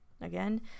Again